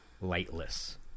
lightless